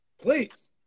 Please